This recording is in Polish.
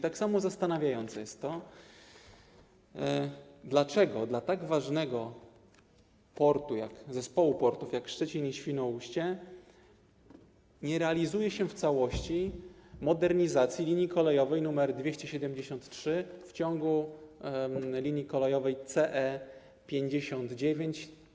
Tak samo zastanawiające jest to, dlaczego dla tak ważnego zespołu portów Szczecin i Świnoujście nie realizuje się w całości modernizacji linii kolejowej nr 273 w ciągu linii kolejowej C-E 59.